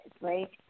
right